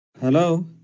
Hello